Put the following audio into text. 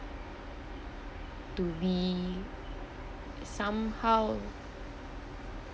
to be somehow